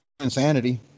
insanity